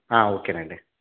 ఓకేనండి